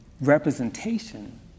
representation